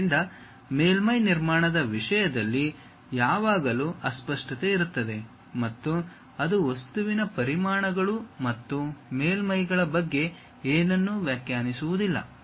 ಆದ್ದರಿಂದ ಮೇಲ್ಮೈ ನಿರ್ಮಾಣದ ವಿಷಯದಲ್ಲಿ ಯಾವಾಗಲೂ ಅಸ್ಪಷ್ಟತೆ ಇರುತ್ತದೆ ಮತ್ತು ಅದು ವಸ್ತುವಿನ ಪರಿಮಾಣಗಳು ಮತ್ತು ಮೇಲ್ಮೈಗಳ ಬಗ್ಗೆ ಏನನ್ನೂ ವ್ಯಾಖ್ಯಾನಿಸುವುದಿಲ್ಲ